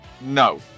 no